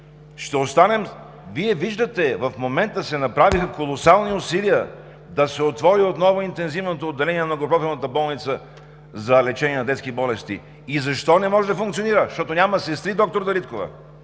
напред. Вие виждате, в момента се направиха колосални усилия да се отвори отново интензивното отделение на Многопрофилната болница за лечение на детски болести, и защо не може да функционира? Защото няма сестри, доктор Дариткова.